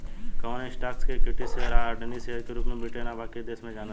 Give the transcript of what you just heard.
कवन स्टॉक्स के equity share आ ऑर्डिनरी शेयर के रूप में ब्रिटेन आ बाकी देश में जानल जाला